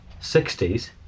60s